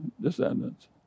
descendants